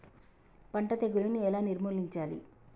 పంట తెగులుని ఎలా నిర్మూలించాలి?